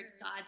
God